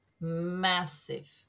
massive